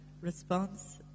Response